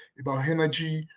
about energy,